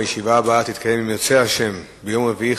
הישיבה הבאה תתקיים, אם ירצה השם, ביום רביעי,